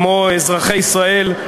כמו אזרחי ישראל,